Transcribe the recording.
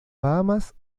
bahamas